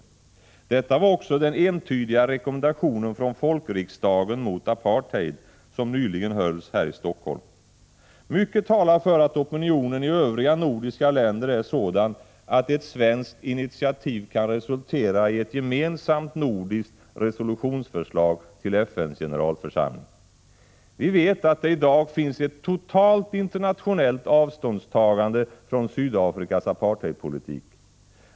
Detta var också den entydiga rekommendationen från folkriksdagen mot apartheid, som nyligen hölls i Helsingfors. Mycket talar för att opinionen i övriga nordiska länder är sådan att ett svenskt initiativ kan resultera i ett gemensamt nordiskt resolutionsförslag till FN:s generalförsamling. Vi vet att det i dag finns ett totalt internationellt avståndstagande från Sydafrikas apartheidpolitik.